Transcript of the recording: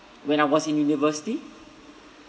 when I was in university